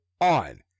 on